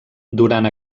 durant